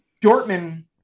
Dortmund